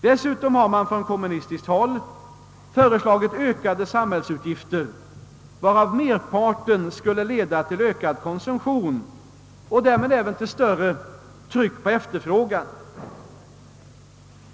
Dessutom har man från kommunistiskt håll föreslagit ökade samhällsutgifter, varvid merparten skulle leda till en ökning av konsumtionen och därmed även till större tryck på efterfrågan.